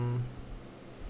mm